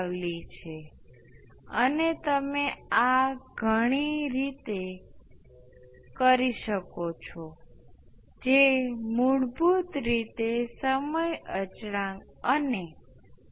તેથી જો હું આ કરીશ તો આ જથ્થો કશું જ નહીં પણ I1 ના 0 I 1 ના 0 અને અહીં આ જથ્થો બીજું કંઈ નથી પણ Is ના 0 Is ના 0 નો છે અને મારી પાસે ચોક્કસ બે બાજુઓ પર સમાન સ્કેલિંગ પરિબળ છે